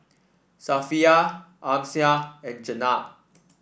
Safiya Amsyar and Jenab